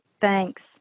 Thanks